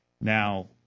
Now